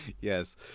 Yes